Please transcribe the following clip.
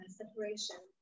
separation